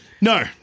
No